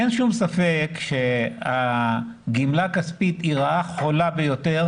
אין שום ספק שהגימלה הכספית היא רעה חולה ביותר,